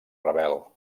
rebel